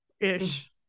ish